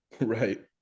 right